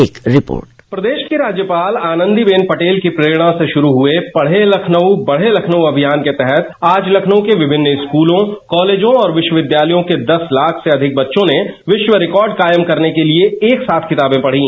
एक रिपोर्ट प्रदेश की राज्यपाल आनंदी बेन पटेल की प्ररेणा से शुरू हुए पढ़े लखनऊ बढ़े लखनऊ अभियान के तहत आज लखनऊ के विभिन्न स्कूलों कॉलेजों और विश्वविद्यालयों के दस लाख से अधिक बच्चों ने विश्व रिकार्ड कायम करने के लिए एक साथ किताबें पढ़ी